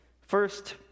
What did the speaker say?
First